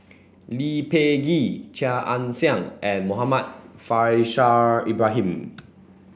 Lee Peh Gee Chia Ann Siang and Muhammad Faishal Ibrahim